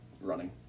running